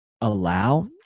allow